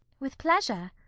with pleasure!